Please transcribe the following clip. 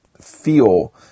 feel